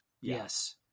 yes